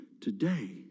today